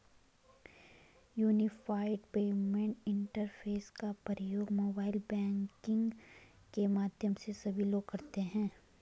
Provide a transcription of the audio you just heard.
unified payment interface का प्रयोग mobile banking के माध्यम से सभी लोग करते हैं